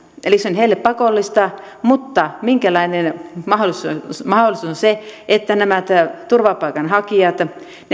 eli se on heille pakollista mutta minkälainen mahdollisuus on se että nämä turvapaikanhakijat